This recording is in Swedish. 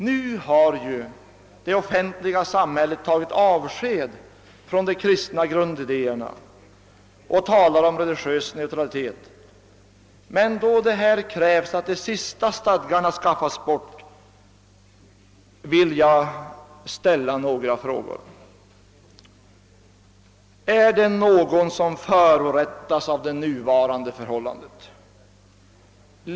Nu har ju det offentliga samhället tagit avsked från de kristna grundidéerna och talar om religiös neutralitet; men då det här krävs att de sista stadgarna skaffas bort, vill jag ställa några frågor. Är det någon, som förorättas av det nuvarande förhållandet?